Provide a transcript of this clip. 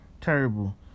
terrible